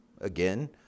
Again